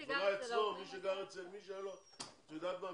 את יודעת מה,